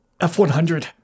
F-100